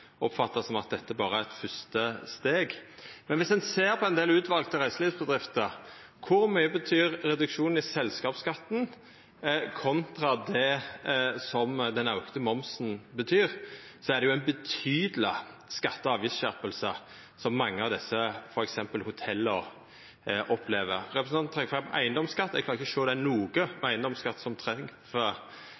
oppfattast som at dette berre er eit første steg. Men dersom ein ser på ein del utvalde reiselivsbedrifter og kor mykje reduksjonen i selskapsskatten betyr kontra det som den auka momsen betyr, er det ei betydeleg skatte- og avgiftsskjerping mange av desse, f.eks. hotella, opplever. Representanten trekkjer fram eigedomsskatt. Eg klarer ikkje sjå at det er noko på eigedomsskatt som